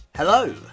Hello